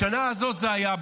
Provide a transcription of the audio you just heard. בשנה הזאת זה היה.